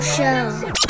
Show